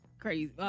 crazy